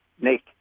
Nick